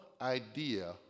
idea